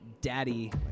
daddy